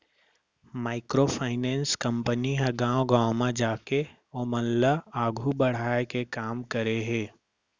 micro finance company ह गाँव गाँव म जाके ओमन ल आघू बड़हाय के काम करे हे